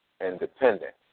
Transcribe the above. independent